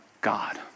God